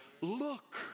Look